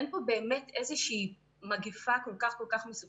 אין פה באמת מגפה כל כך מסוכנת.